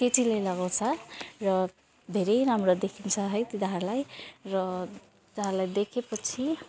केटीले लगाउँछ र धेरै राम्रो देखिन्छ है तिनीहरूलाई र तिनीहरूलाई देखेपछि